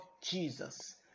jesus